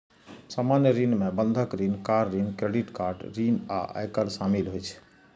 सामान्य ऋण मे बंधक ऋण, कार ऋण, क्रेडिट कार्ड ऋण आ आयकर शामिल होइ छै